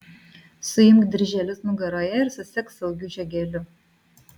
suimk dirželius nugaroje ir susek saugiu žiogeliu